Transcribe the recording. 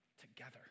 together